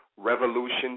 Revolution